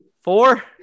four